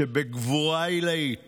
שבגבורה עילאית